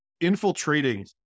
infiltrating